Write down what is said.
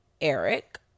Eric